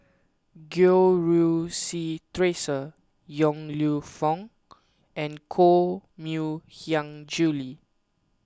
Goh Rui Si theresa Yong Lew Foong and Koh Mui Hiang Julie